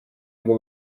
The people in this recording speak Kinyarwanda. ngo